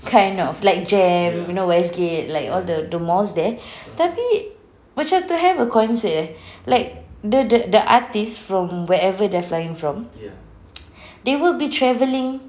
kind of like JEM you know westgate like all the the malls there tapi macam to have a concert like the the the artist from wherever they are flying from they will be travelling